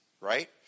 right